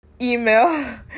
email